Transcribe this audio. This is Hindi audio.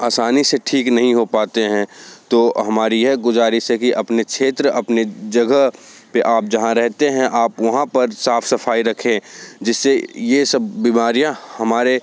आसानी से ठीक नहीं हो पाते हैं तो हमारी यह गुज़ारिश है कि अपने क्षेत्र अपने जगह पर आप जहाँ रहते हैं आप वहाँ पर साफ सफाई रखें जिससे यह सब बीमारियाँ